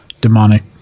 demonic